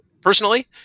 personally